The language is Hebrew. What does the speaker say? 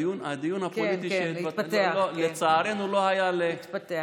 הדיון הפוליטי שהתפתח, לצערנו, לא היה, כן, התפתח.